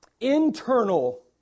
internal